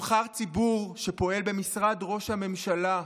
נבחר ציבור שפועל במשרד ראש הממשלה,